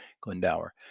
Glendower